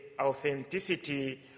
authenticity